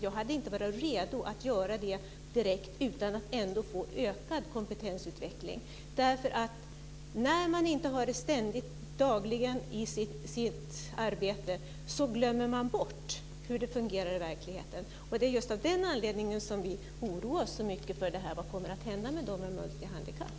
Jag hade inte varit redo att göra det direkt utan att få ökad kompetensutveckling. När man inte har det dagligen i sitt arbete så glömmer man bort hur det fungerar i verkligheten. Det är just av den anledningen som vi oroar oss så mycket för detta. Vad kommer att hända med barn med multihandikapp?